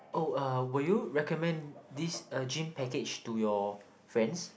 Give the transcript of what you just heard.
oh uh will you recommend this uh gym package to your friends